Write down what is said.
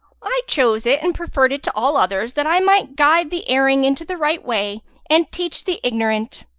i chose it and preferred it to all others that i might guide the erring into the right way and teach the ignorant!